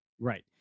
Right